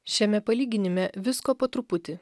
šiame palyginime visko po truputį